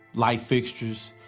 light fixtures,